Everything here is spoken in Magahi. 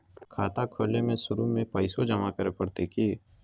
खाता खोले में शुरू में पैसो जमा करे पड़तई की?